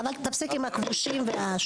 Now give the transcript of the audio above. אבל תפסיק עם הכבושים והשטויות.